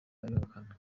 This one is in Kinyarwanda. abihakana